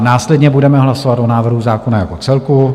Následně budeme hlasovat o návrhu zákona jako celku.